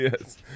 yes